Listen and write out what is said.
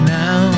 now